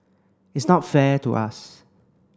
it's not fair to us